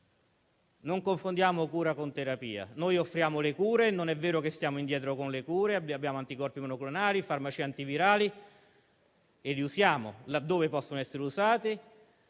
Non confondiamo cura con terapia. Noi offriamo le cure e non è vero che siamo indietro. Abbiamo anticorpi monoclonali e farmaci antivirali che usiamo laddove possono essere e